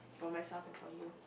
for myself and for you